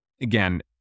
again